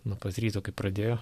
nuo pat ryto kai pradėjo